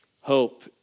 hope